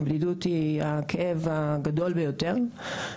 שזה הכאב הגדול ביותר.